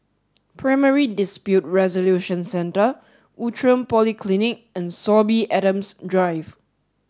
primary dispute resolution centre Outram Polyclinic and Sorby Adams drive